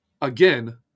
Again